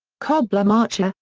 cobb-lamarche.